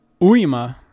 Uima